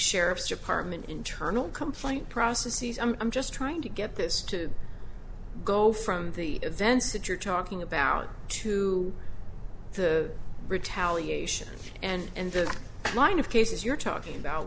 sheriff's department internal complaint processes and i'm just trying to get this to go from the events that you're talking about to the retaliation and the line of cases you're talking about